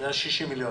ל-60 מיליון.